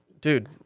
Dude